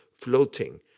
floating